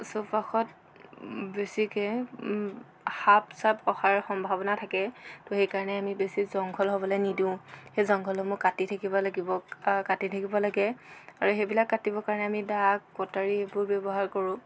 চৌপাশত বেছিকৈ সাপ চাপ অহাৰ সম্ভাৱনা থাকে ত' সেইকাৰণে আমি বেছি জংঘল হ'বলৈ নিদো সেই জংঘলসমূহ কাটি থাকিব লাগিব কাটি থাকিব লাগে আৰু সেইবিলাক কাটিবৰ কাৰণে আমি দা কটাৰী এইবোৰ ব্যৱহাৰ কৰোঁ